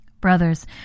Brothers